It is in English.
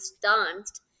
danced